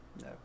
No